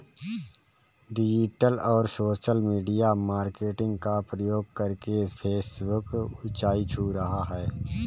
digital और social media marketing का प्रयोग करके फेसबुक ऊंचाई छू रहा है